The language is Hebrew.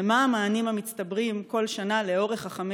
מה המענים המצטברים כל שנה לאורך חמש